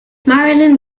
marilyn